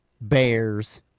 Bears